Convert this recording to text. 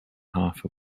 half